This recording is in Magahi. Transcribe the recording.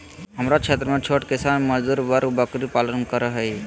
हमरा क्षेत्र में छोट किसान ऑर मजदूर वर्ग बकरी पालन कर हई